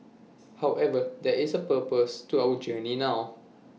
however there is A purpose to our journey now